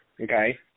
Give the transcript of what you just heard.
Okay